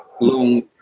long